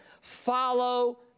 Follow